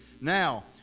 Now